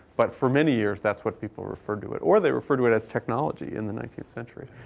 but for many years, that's what people referred to it. or they referred to it as technology in the nineteenth century.